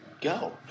go